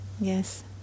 Yes